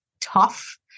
tough